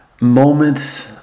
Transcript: moments